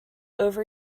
over